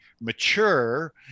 mature